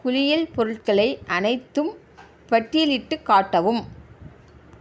குளியல் பொருட்கள் அனைத்தும் பட்டியலிட்டுக் காட்டவும்